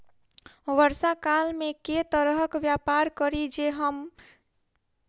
वर्षा काल मे केँ तरहक व्यापार करि जे कम नुकसान होइ?